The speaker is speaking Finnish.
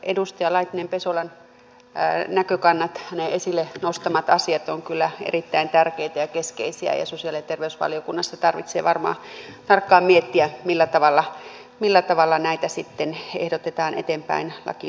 edustaja laitinen pesolan näkökannat hänen esille nostamansa asiat ovat kyllä erittäin tärkeitä ja keskeisiä ja sosiaali ja terveysvaliokunnassa tarvitsee varmaan tarkkaan miettiä millä tavalla näitä sitten ehdotetaan eteenpäin lakiin laitettavaksi